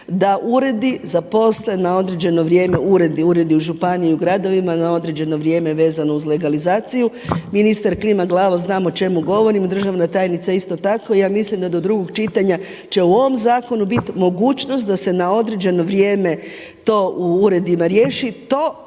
da uredi zaposle na određeno vrijeme, uredi u županijama i u gradovima na određeno vrijeme vezano uz legalizaciju. Ministar klima glavom, zna o čemu govorim. Državna tajnica isto tako. Ja mislim da do drugog čitanja će u ovom zakonu biti mogućnost da se na određeno vrijeme to u uredima riješi.